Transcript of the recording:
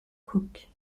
cook